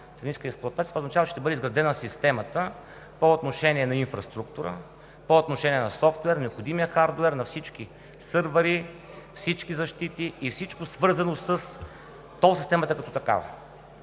„техническа експлоатация“. Това означава, че ще бъде изградена системата по отношение на инфраструктура, по отношение на софтуер, необходимия хардуер, на всички сървъри, всички защити и всичко свързано с тол системата като такава.